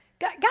God